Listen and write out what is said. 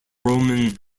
roman